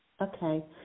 Okay